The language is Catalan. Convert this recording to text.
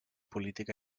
política